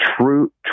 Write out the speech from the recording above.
True